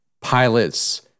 pilots